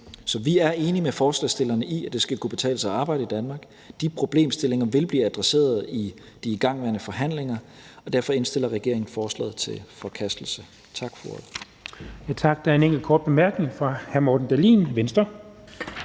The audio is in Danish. Så vi er enige med forslagsstillerne i, at det skal kunne betale sig at arbejde i Danmark. De problemstillinger vil blive adresseret i de igangværende forhandlinger, og derfor indstiller regeringen forslaget til forkastelse. Tak for ordet.